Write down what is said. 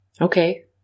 Okay